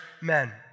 men